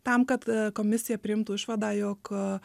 tam kad komisija priimtų išvadą jog